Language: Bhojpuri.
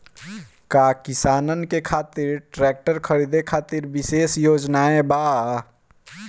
का किसानन के खातिर ट्रैक्टर खरीदे खातिर विशेष योजनाएं बा?